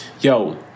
Yo